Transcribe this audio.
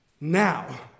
now